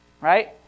right